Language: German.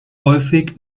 häufig